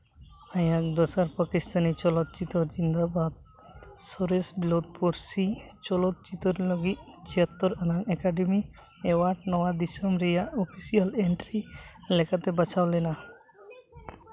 ᱟᱭᱟᱜ ᱫᱚᱥᱟᱨ ᱯᱟᱹᱠᱤᱥᱛᱷᱟᱱᱤ ᱪᱚᱞᱚᱛ ᱪᱤᱛᱟᱹᱨ ᱡᱤᱱᱫᱟᱵᱟᱫ ᱥᱚᱨᱮᱥ ᱥᱤ ᱪᱚᱞᱚᱛ ᱪᱤᱛᱟᱹᱨ ᱞᱟᱹᱜᱤᱫ ᱪᱷᱤᱭᱟᱛᱛᱳᱨ ᱟᱱᱟᱜ ᱮᱠᱟᱰᱮᱢᱤ ᱮᱣᱟᱨᱰ ᱱᱚᱣᱟ ᱫᱤᱥᱚᱢ ᱨᱮᱭᱟᱜ ᱚᱯᱷᱤᱥᱤᱭᱟᱞ ᱮᱱᱴᱨᱤ ᱞᱮᱠᱟᱛᱮ ᱵᱟᱪᱷᱟᱣ ᱞᱮᱱᱟ